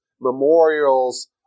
memorials